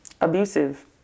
Abusive